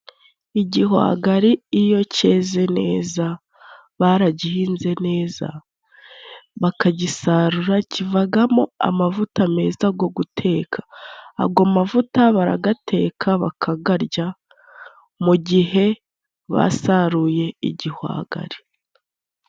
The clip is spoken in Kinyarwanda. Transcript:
Igihwagari iyo cyeze neza baragihinze neza bakagisarura kivagamo amavuta meza go guteka ago mavuta baragateka bakagarya mu gihe basaruye igihwagari.